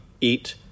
eat